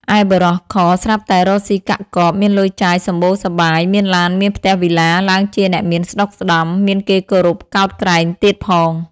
ឯបុរស ខ ស្រាប់តែរកស៊ីកាក់កប មានលុយចាយសម្បូរសប្បាយ មានឡាន មានផ្ទះវិឡា ឡើងជាអ្នកមានស្តុកស្តម្ភ មានគេគោរពកោតក្រែងទៀតផង ។